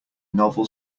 novel